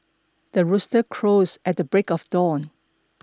the rooster crows at the break of dawn